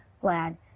glad